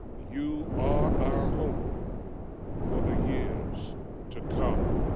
you are our hope for the years to come.